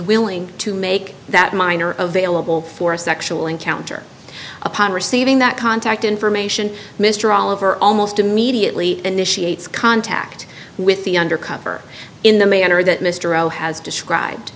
willing to make that minor of vailable for a sexual encounter upon receiving that contact information mr oliver almost immediately initiated contact with the undercover in the manner that mr o has described